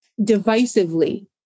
divisively